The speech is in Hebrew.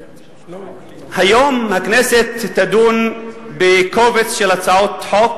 היום הכנסת תדון בקובץ של הצעות חוק,